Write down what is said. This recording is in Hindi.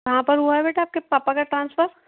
कहाँ पर हुआ है बेटा आपके पापा का ट्रांसफर